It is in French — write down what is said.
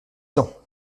ans